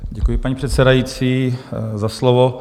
Děkuji, paní předsedající, za slovo.